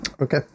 Okay